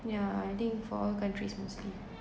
yeah I think for all countries mostly